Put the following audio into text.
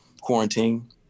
quarantine